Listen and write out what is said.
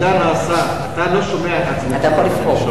סגן השר, אתה לא שומע את עצמך, לאורך